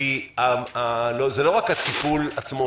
כי זה לא רק הטיפול עצמו,